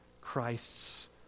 Christ's